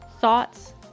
thoughts